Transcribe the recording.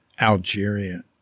Algeria